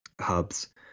hubs